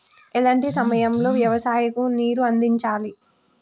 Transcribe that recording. ఎలాంటి సమయం లో వ్యవసాయము కు నీరు అందించాలి?